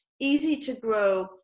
easy-to-grow